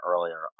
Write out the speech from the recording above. earlier